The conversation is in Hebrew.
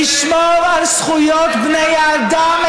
שישמור על זכויות בני האדם,